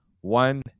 one